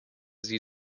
sie